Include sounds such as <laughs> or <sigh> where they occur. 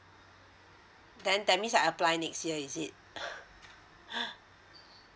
then that means I apply next year is it <laughs>